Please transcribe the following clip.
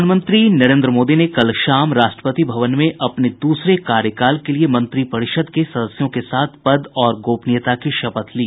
प्रधानमंत्री नरेन्द्र मोदी ने कल शाम राष्ट्रपति भवन में अपने दूसरे कार्यकाल के लिए मंत्रिपरिषद के सदस्यों के साथ पद और गोपनीयता की शपथ ली